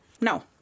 no